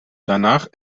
danach